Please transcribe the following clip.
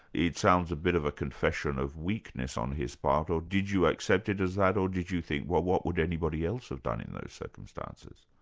it sounds a bit of a confession of weakness on his part. or did you accept it as that, or did you think well what would anybody else have done in those circumstances?